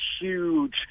huge